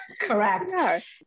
correct